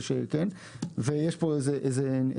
שאי אפשר לעבוד איתם ויש פה איזה ניסיון.